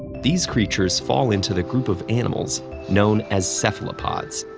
these creatures fall into the group of animals known as cephalopods.